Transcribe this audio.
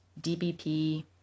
DBP